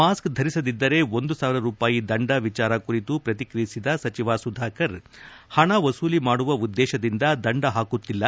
mask ಧರಿಸದಿದ್ದರೆ ಒಂದು ಸಾವಿರ ರೂಪಾಯಿ ದಂಡ ವಿಚಾರ ಕುರಿತು ಪ್ರತಿಕ್ರಿಯಿಸಿದ ಸಚಿವ ಸುಧಾಕರ್ ಹಣ ವಸೂಲಿ ಮಾಡುವ ಉದ್ವೇತದಿಂದ ದಂಡ ಹಾಕುತ್ತಿಲ್ಲ